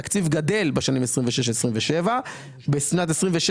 התקציב גדל בשנים 26'ף 27'. בשנת 26'